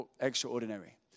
extraordinary